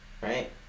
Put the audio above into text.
right